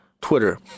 twitter